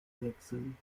wechseln